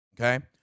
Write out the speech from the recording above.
okay